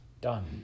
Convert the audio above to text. done